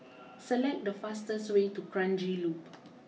select the fastest way to Kranji Loop